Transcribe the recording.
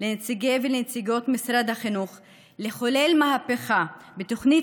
לנציגי ונציגות משרד החינוך לחולל מהפכה בתוכנית